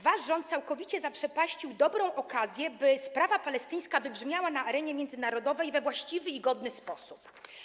Wasz rząd całkowicie zaprzepaścił dobrą okazję, aby sprawa palestyńska wybrzmiała na arenie międzynarodowej we właściwy i godny sposób.